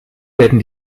werden